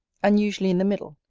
and usually in the middle,